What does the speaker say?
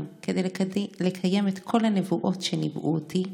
כדי לקיים את כל הנבואות / שניבאו אותי.